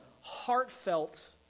heartfelt